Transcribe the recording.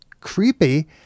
creepy